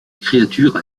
créatures